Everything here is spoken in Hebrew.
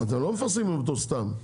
אתם לא מפרסמים אותו סתם.